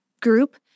group